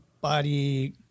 body